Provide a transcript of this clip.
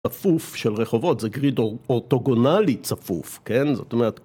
צפוף של רחובות זה גרידור אורטוגונלי צפוף כן זאת אומרת